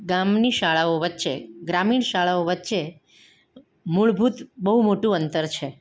ગામની શાળાઓ વચ્ચે ગ્રામીણ શાળાઓ વચ્ચે મૂળભૂત બહુ મોટું અંતર છે